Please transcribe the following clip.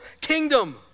kingdom